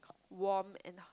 warm and